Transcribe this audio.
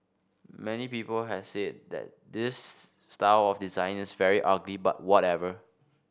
many people have said that this style of design is very ugly but whatever